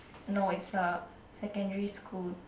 no it's a secondary school